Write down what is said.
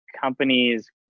companies